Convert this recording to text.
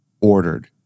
Ordered